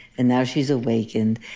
and now she's awakened,